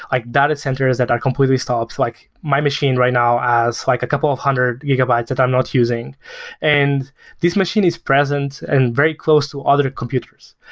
like data centers that are completely stopped like my machine right now has like a couple of hundred gigabytes that i'm not using and this machine is present and very close to other computers.